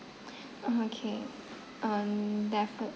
oh okay um defi~